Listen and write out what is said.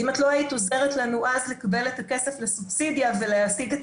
עזרת לנו אז לקבל את הכסף לסובסידיה ולהשיג את